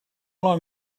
long